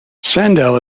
sandel